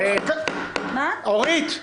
אורית,